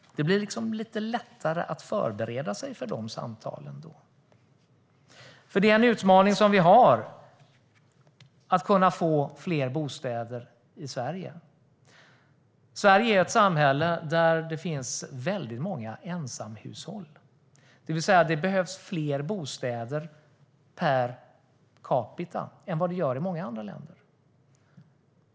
Det blir då liksom lite lättare att förbereda sig för de samtalen, för det är en utmaning som vi har att kunna få fler bostäder i Sverige. Sverige är ett samhälle där det finns väldigt många ensamhushåll, det vill säga att det behövs fler bostäder per capita här än vad det gör i många andra länder.